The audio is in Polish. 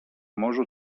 morzu